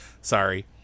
Sorry